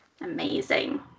Amazing